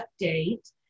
update